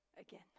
again